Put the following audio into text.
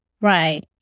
right